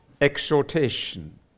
exhortation